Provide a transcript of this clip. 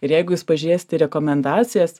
ir jeigu jūs pažiūrėsit į rekomendacijas